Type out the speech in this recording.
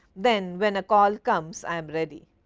ben when a call comes i am ready.